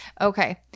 Okay